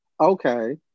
Okay